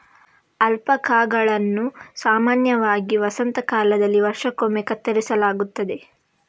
ಅಲ್ಪಾಕಾಗಳನ್ನು ಸಾಮಾನ್ಯವಾಗಿ ವಸಂತ ಕಾಲದಲ್ಲಿ ವರ್ಷಕ್ಕೊಮ್ಮೆ ಕತ್ತರಿಸಲಾಗುತ್ತದೆ